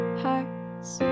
hearts